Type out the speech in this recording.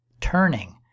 turning